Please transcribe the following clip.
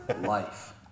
Life